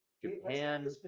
Japan